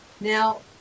Now